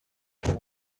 ich